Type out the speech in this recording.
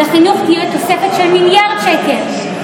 לחינוך תהיה תוספת של מיליארד שקל,